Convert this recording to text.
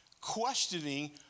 questioning